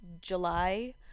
july